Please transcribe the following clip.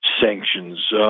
sanctions